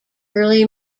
early